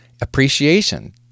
appreciation